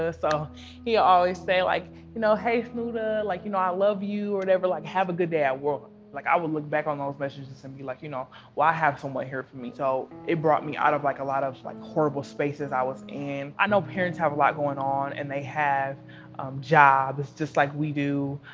ah so he'll always say, like you know hey snoota, like you know i love you, like have a good day. i will like i will look back on those messages and be like, you know i have someone here for me, so it brought me out of like a lot of like horrible spaces i was in. i know parents have a lot going on, and they have jobs just like we do,